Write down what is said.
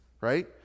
right